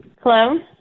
Hello